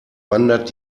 wandert